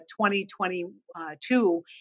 2022